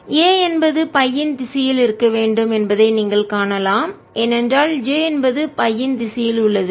A என்பது பை இன் திசையில் இருக்க வேண்டும் என்பதை நீங்கள் காணலாம் ஏனென்றால் J என்பது பை இன் திசையில் உள்ளது